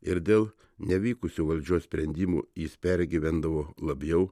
ir dėl nevykusių valdžios sprendimų jis pergyvendavo labiau